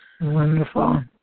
Wonderful